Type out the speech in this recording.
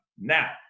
Now